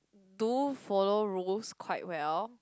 do follow rules quite well